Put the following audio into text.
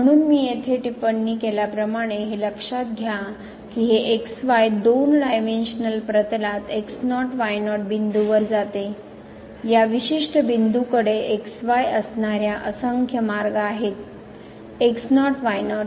म्हणून मी येथे टिपण्णी केल्याप्रमाणे हे लक्षात घ्या की हे x y दोन डायमेनशनल प्रतलात x0 y0 बिंदूवर जाते या विशिष्ट बिंदूकडे x y असणार्या असंख्य मार्ग आहेत x0 y0